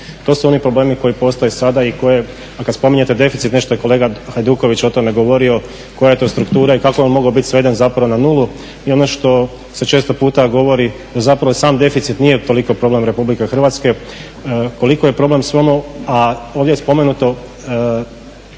To su oni problemi koji postoje sada i koje, a kada spominjete deficit, nešto je kolega Hajduković o tome govorio, koja je to struktura i kako je on mogao biti sveden zapravo na 0. I ono što se često puta govori, zapravo sam deficit nije toliko problem RH, koliko je problem sve ono, a ovdje spomenuto